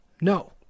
No